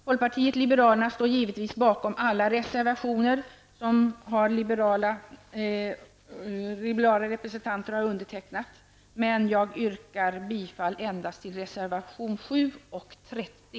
Folkpartiet liberalerna står givetvis bakom alla reservationer som de liberala representanterna i utskottet undertecknat men jag yrkar endast bifall till reservationerna 7 och 30.